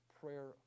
prayer